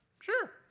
Sure